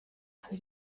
für